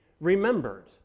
remembered